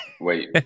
wait